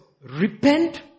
repent